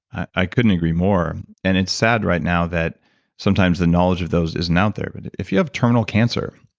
i couldn't agree more and it's sad right now that sometimes the knowledge of those isn't out there, but if you have terminal cancer,